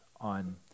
on